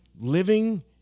Living